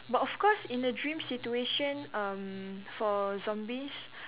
but of course in the dream situation um for zombies